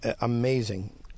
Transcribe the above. amazing